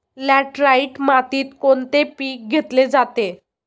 Laterite मातीत कोणते पीक घेतले जाते?